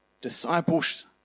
Disciples